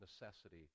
necessity